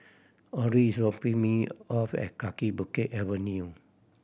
Autry is dropping me off at Kaki Bukit Avenue